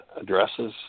addresses